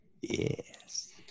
Yes